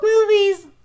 movies